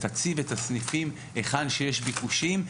ותציב את הסניפים היכן שיש ביקושים,